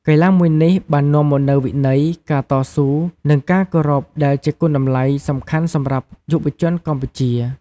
កីឡាមួយនេះបាននាំមកនូវវិន័យ ការតស៊ូ និងការគោរព ដែលជាគុណតម្លៃសំខាន់សម្រាប់យុវជនកម្ពុជា។